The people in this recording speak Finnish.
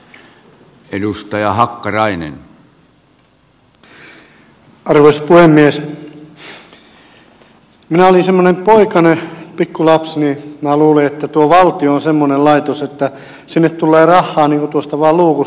kun minä olin semmoinen poikanen pikkulapsi niin minä luulin että valtio on semmoinen laitos että sinne tulee rahaa niin että tuosta vain luukusta nykäisee